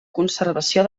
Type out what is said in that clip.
conservació